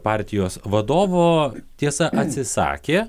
partijos vadovo tiesa atsisakė